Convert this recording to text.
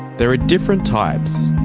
there are different types.